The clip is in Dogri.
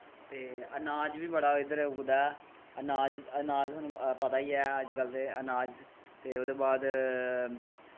ते अनाज़ बी बड़ा इद्धर उगदा अनाज़ अनाज़ थुआनू पता ई ऐ अज्जकल अनाज़ ते ओह्दे बाद